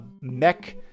Mech